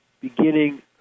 beginning